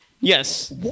Yes